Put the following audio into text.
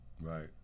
Right